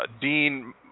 Dean